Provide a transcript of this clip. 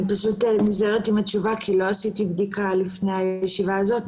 אני פשוט נזהרת עם התשובה כי לא עשיתי בדיקה לפני הישיבה הזאת.